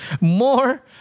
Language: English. more